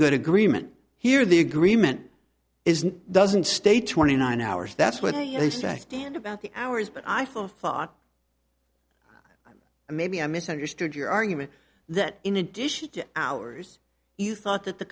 good agreement here the agreement isn't doesn't stay twenty nine hours that's with a strike stand about the hours but i thought maybe i misunderstood your argument that in addition to hours you thought that the